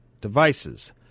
devices